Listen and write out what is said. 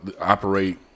operate